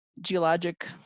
geologic